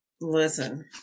listen